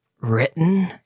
written